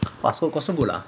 but so got so good ah